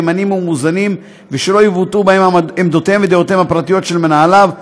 מהימנים ומאוזנים ושלא יבוטאו בהם עמדותיהם ודעותיהם הפרטיות של מנהליו,